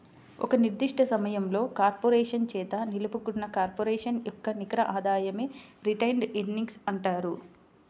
ఒక నిర్దిష్ట సమయంలో కార్పొరేషన్ చేత నిలుపుకున్న కార్పొరేషన్ యొక్క నికర ఆదాయమే రిటైన్డ్ ఎర్నింగ్స్ అంటారు